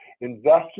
investors